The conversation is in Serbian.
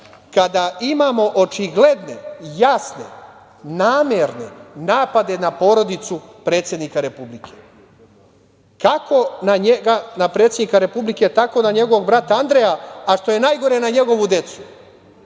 kada imamo očigledne i jasne namerne napade na porodicu predsednika Republike. Kako na njega, na predsednika Republike, tako na njegovog brata Andreja, a što je najgore, na njegovu decu